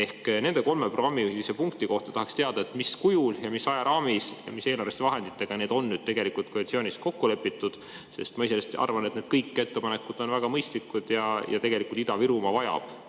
Nende kolme programmipunkti kohta tahaks teada, mis kujul ja mis ajaraamis ja mis eelarveliste vahenditega need on nüüd tegelikult koalitsioonis kokku lepitud. Ma iseenesest arvan, et kõik need ettepanekud on väga mõistlikud ja tegelikult Ida-Virumaa vajab